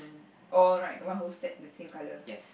all right one whole set the same color